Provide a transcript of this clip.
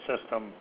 system